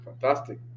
Fantastic